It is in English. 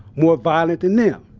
more violent than them.